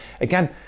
Again